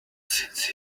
since